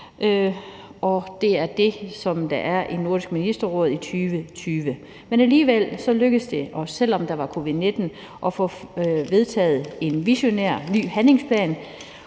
det var sådan, det var i Nordisk Ministerråd i 2020. Men alligevel lykkedes det, også selv om der var covid-19, at få vedtaget en visionær, ny handlingsplan.